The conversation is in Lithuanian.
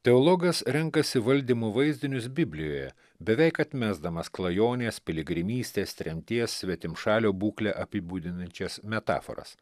teologas renkasi valdymo vaizdinius biblijoje beveik atmesdamas klajonės piligrimystės tremties svetimšalio būklę apibūdinančias metaforas